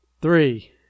three